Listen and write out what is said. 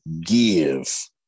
give